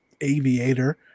aviator